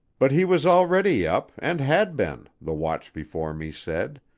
but he was already up and had been, the watch before me said,